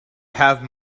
have